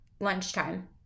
lunchtime